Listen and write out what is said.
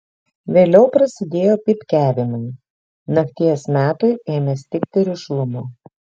vėliau prasidėjo pypkiavimai nakties metui ėmė stigti rišlumo